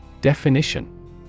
Definition